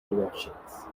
directions